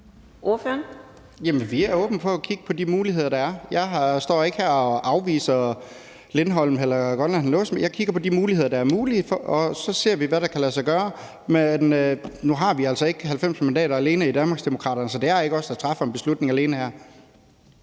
vi er åbne for at kigge på de muligheder, der er. Jeg står ikke her og afviser Lindholm eller Grønland eller noget som helst andet. Jeg kigger på de muligheder, der er, og så ser vi, hvad der kan lade sig gøre. Men nu har vi altså ikke 90 mandater alene i Danmarksdemokraterne, så det er ikke os alene, der træffer en beslutning her.